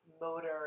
motor